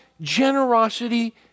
generosity